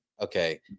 okay